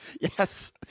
Yes